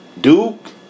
Duke